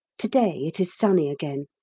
to-day it is sunny again.